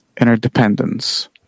interdependence